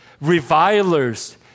revilers